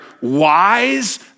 wise